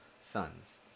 sons